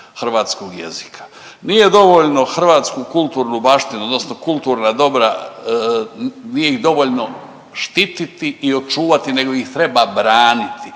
hrvatskog jezika. Nije dovoljno hrvatsku kulturnu baštinu odnosno kulturna dobra, nije ih dovoljno štititi i očuvati nego ih treba braniti